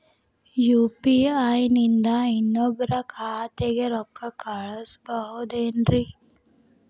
UPI ನಿಂದ ಇನ್ನೊಬ್ರ ಖಾತೆಗೆ ರೊಕ್ಕ ಕಳ್ಸಬಹುದೇನ್ರಿ?